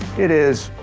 it is.